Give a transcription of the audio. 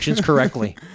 correctly